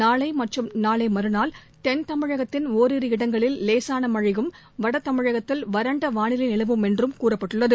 நாளைமற்றும் நாளைமறுநாள் தென் தமிழகத்தின் ஒரிரு இடங்களில் லேசானமழையும் வடதமிழகத்தில் வறண்டவானிலைநிலவும் என்றும் தெரிவிக்கப்பட்டுள்ளது